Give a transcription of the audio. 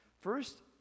First